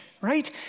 right